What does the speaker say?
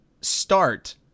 start